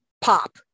pop